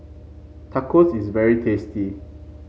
Tacos is very tasty